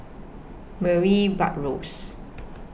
Murray Buttrose